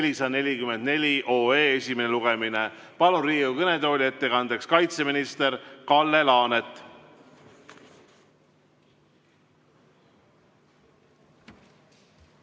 445 esimene lugemine. Ma palun Riigikogu kõnetooli ettekandeks kaitseminister Kalle Laaneti.